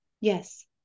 Yes